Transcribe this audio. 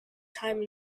time